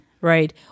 right